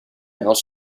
else